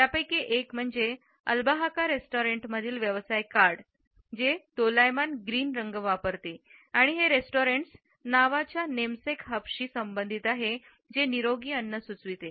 त्यापैकी एक म्हणजे अल्बाहाका रेस्टॉरंटमधील व्यवसाय कार्ड आहे जे दोलायमान ग्रीन रंग वापरते आणि हे रेस्टॉरंट्स नावाच्या नेमसेक हबशी संबंधित आहे जे निरोगी अन्न सुचवते